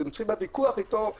יש את הוויכוח האישי איתו.